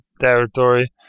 territory